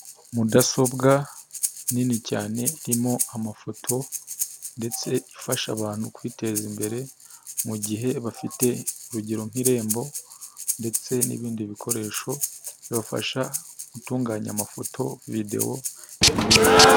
Mudasobwa nini cyane irimo amafoto ndetse ifasha abantu kwiteza imbere, mu gihe bafite urugero nk'irembo ndetse n'ibindi bikoresho, bibafasha gutunganya amafoto, videwo n'ibindi.